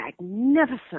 magnificent